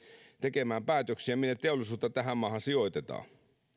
tekemään päätöksiä siitä minne teollisuutta tähän maahan sijoitetaan